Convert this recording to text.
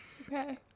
Okay